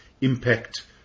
impact